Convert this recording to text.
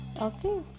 Okay